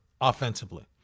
offensively